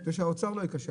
והאוצר לא יכשל,